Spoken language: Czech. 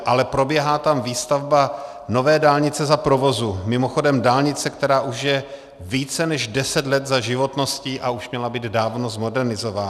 Ale probíhá tam výstavba nové dálnice za provozu, mimochodem dálnice, která už je více než deset let za životností a už měla být dávno zmodernizována.